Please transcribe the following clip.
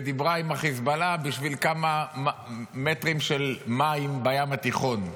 ודיברה עם החיזבאללה בשביל כמה מטרים של מים בים התיכון.